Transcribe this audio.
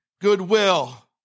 goodwill